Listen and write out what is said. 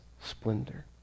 splendor